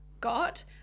got